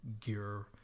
gear